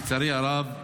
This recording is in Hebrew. לצערי הרב,